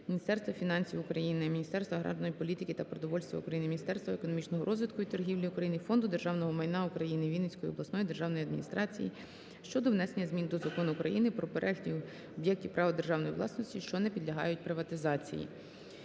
Міністерства фінансів України, Міністерства аграрної політики та продовольства України, Міністерства економічного розвитку і торгівлі України, Фонду державного майна України, Вінницької обласної державної адміністрації щодо внесення змін до Закону України "Про перелік об'єктів права державної власності, що не підлягають приватизації".